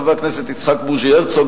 חבר הכנסת יצחק הרצוג,